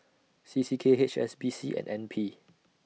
C C K H S B C and N P